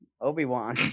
Obi-Wan